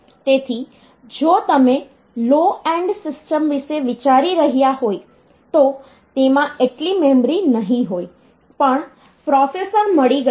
તેથી જો તમે લો એન્ડ સિસ્ટમ વિશે વિચારી રહ્યા હોય તો તેમાં એટલી મેમરી નહીં હોય પણ પ્રોસેસર મળી ગયું છે